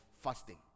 fasting